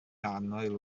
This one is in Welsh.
annwyl